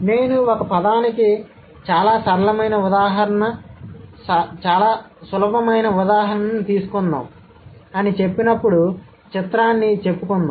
నేను ఒక పదానికి చాలా సరళమైన ఉదాహరణను తీసుకుందాం అని చెప్పినప్పుడు చిత్రాన్ని చెప్పుకుందాం